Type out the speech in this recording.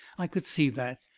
i could see that.